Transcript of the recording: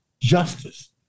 justice